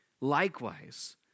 likewise